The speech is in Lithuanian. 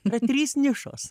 yra trys nišos